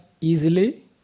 easily